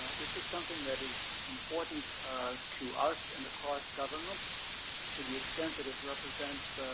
this is something that is is important to us and across government to the extent that it represents